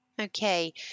okay